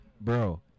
bro